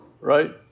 right